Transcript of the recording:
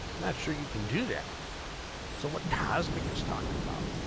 not sure you can do that so what cosmic is talking about